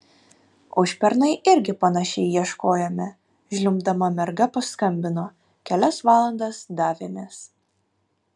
užpernai irgi panašiai ieškojome žliumbdama merga paskambino kelias valandas davėmės